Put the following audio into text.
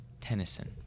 Tennyson